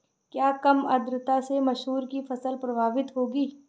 क्या कम आर्द्रता से मसूर की फसल प्रभावित होगी?